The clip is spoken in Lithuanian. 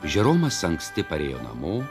žeromas anksti parėjo namo